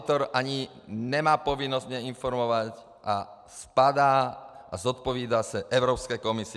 Auditor ani nemá povinnost mě informovat a spadá a zodpovídá se Evropské komisi.